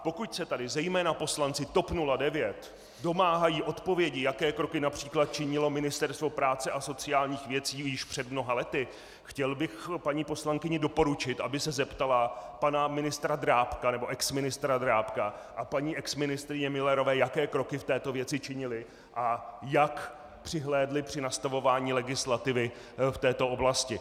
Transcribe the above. Pokud se tady zejména poslanci TOP 09 domáhají odpovědi, jaké kroky například činilo Ministerstvo práce a sociálních věcí již před mnoha lety, chtěl bych paní poslankyni doporučit, aby se zeptala pana exministra Drábka a paní exministryně Müllerové, jaké kroky v této věci činili a jak přihlédli při nastavování legislativy v této oblasti.